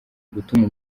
gutuma